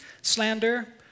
slander